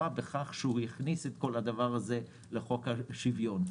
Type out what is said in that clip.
בכך שהוא הכניס את כל הדבר הזה לחוק השוויון.